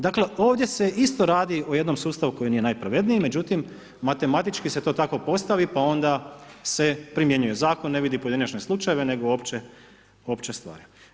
Dakle, ovdje se isto radi o jednom sustavu koji nije najpravedniji, međutim matematički se to tako postavi pa onda se primjenjuje Zakon, ne vidi pojedinačne slučajeve, nego opće stvari.